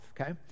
okay